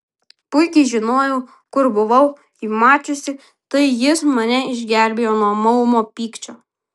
puikiai žinojau kur buvau jį mačiusi tai jis mane išgelbėjo nuo maumo pykčio